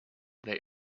they